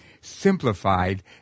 simplified